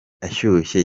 ashyushye